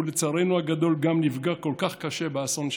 ולצערנו הגדול גם נפגע כל כך קשה באסון שם,